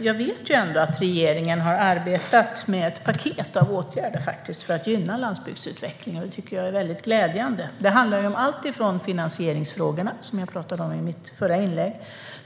Jag vet att regeringen har arbetat med ett paket av åtgärder för att gynna landsbygdsutvecklingen, vilket är väldigt glädjande. Det handlar om alltifrån finansieringsfrågorna, vilket jag tog upp i mitt förra inlägg, till